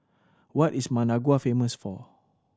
what is Managua famous for